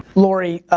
lori,